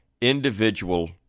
individual